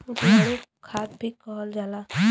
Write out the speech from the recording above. जीवाणु खाद भी कहल जाला